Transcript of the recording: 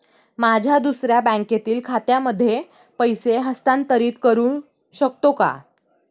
माझ्या दुसऱ्या बँकेतील खात्यामध्ये पैसे हस्तांतरित करू शकतो का?